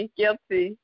guilty